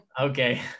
Okay